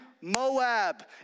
Moab